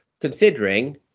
Considering